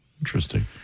Interesting